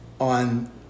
on